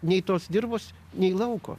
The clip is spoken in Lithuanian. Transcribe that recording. nei tos dirvos nei lauko